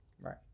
right